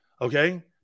Okay